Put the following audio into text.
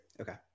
okay